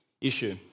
issue